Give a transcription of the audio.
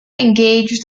engaged